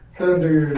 Thunder